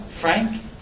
Frank